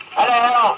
Hello